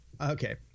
Okay